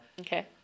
Okay